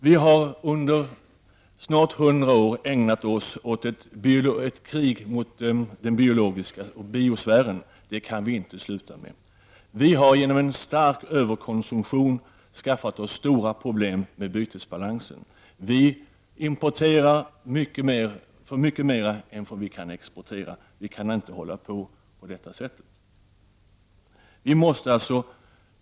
Vi har under snart 100 år ägnat oss åt ett krig mot biosfären. Det kan vi inte fortsätta med. Vi har genom en stark överkonsumtion skaffat oss stora problem med bytesbalansen. Vi importerar mycket mer än vad vi kan exportera. Vi kan inte fortsätta med det.